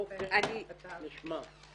אוקיי, נשמע.